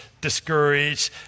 discouraged